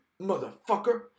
motherfucker